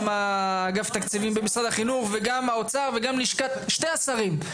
גם אגף תקציבים במשרד החינוך וגם האוצר וגם לשכת שני השרים.